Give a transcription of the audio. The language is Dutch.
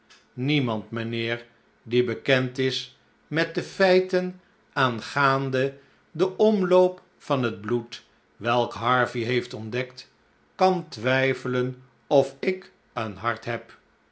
niemand mijnheer die bekend is met de feiten aangaande den omloo'p van het bloed welke harvey heeft ontdekt kan twijfelen of ik een hart heb